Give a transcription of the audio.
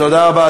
תודה רבה,